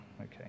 Okay